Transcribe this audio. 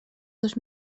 dos